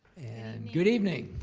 and good evening.